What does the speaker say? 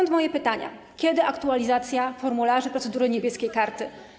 Stąd moje pytanie: Kiedy aktualizacja formularzy procedury „Niebieskiej karty”